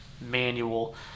manual